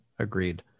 Agreed